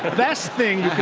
best thing